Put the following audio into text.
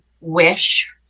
wish